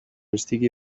estigui